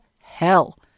hell